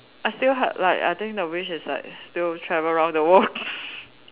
I still have like I think the wish is like still travel around the world